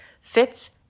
fits